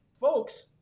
folks